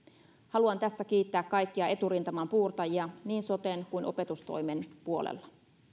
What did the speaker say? haluan tässä kiittää kaikkia eturintaman puurtajia niin soten kuin opetustoimen puolella